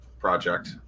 Project